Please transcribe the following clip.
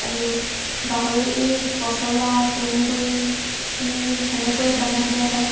আৰু গাহৰি এই পচলা তুঁহগুড়ি সেনেকৈয়ো দানা দিয়া হয়